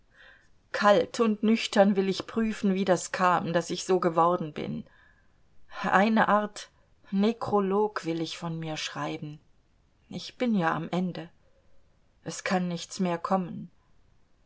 kalt und nüchtern will ich prüfen wie das kam daß ich so geworden bin eine art nekrolog will ich von mir schreiben ich bin ja am ende es kann nichts mehr kommen